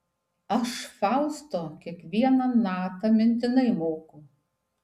aš fausto kiekvieną natą mintinai moku